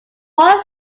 one